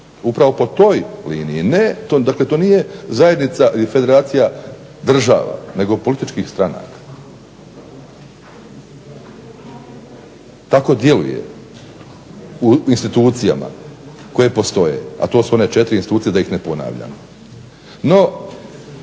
Upravo po toj liniji, dakle to nije zajednica, federacija država nego političkih stranaka. Tako djeluje u institucijama koje postoje, a to su one četiri institucije da ih ne ponavljam. No